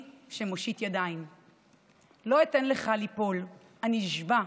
שמושיט ידיים / לא אתן לך ליפול / אני נשבע,